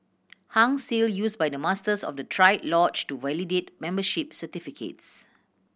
Hung Seal used by Masters of the triad lodge to validate membership certificates